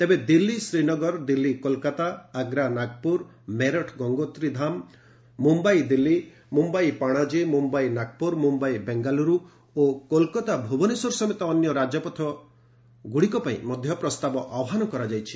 ତେବେ ଦିଲ୍ଲୀ ଶ୍ରୀନଗର ଦିଲ୍ଲୀ କୋଲକାତା ଆଗ୍ରା ନାଗପୁର ମେରଠ ଗଙ୍ଗୋତ୍ରୀ ଧାମ ମୁମ୍ୟାଇ ଦିଲ୍ଲୀ ମୁମ୍ୟାଇ ପାଣାଜୀ ମୁମ୍ୟାଇ ନାଗପୁର ମୁମ୍ଭାଇ ବେଙ୍ଗାଲୁରୁ ଓ କୋଲକାତା ଭୁବନେଶ୍ୱର ସମେତ ଅନ୍ୟ ରାଜପଥଗୁଡ଼ିକ ପାଇଁ ମଧ୍ୟ ପ୍ରସ୍ତାବ ଆହ୍ୱାନ କରାଯାଇଛି